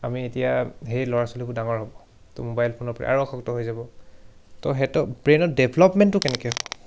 আমি এতিয়া সেই ল'ৰা ছোৱালীবোৰ ডাঙৰ হ'ব তো মোবাইল ফোনৰ পৰা আৰু অসক্ত হৈ যাব ত' সেইটো ব্ৰেইনত ডেভেলপমেণ্টটো কেনেকৈ হ'ব